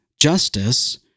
justice